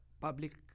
public